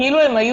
כאילו היו